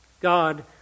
God